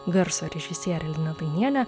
garso režisierė lina dainienė